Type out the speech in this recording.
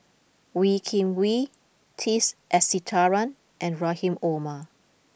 Wee Kim Wee T Sasitharan and Rahim Omar